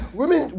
women